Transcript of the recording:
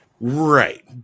Right